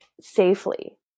safely